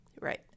right